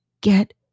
get